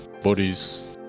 bodies